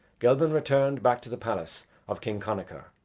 gelban returned back to the palace of king connachar.